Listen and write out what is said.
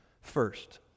first